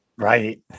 right